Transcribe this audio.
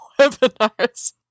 webinars